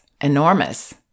enormous